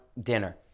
dinner